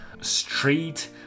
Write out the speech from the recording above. street